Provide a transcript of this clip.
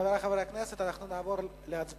חברי חברי הכנסת, אנחנו נעבור להצבעה.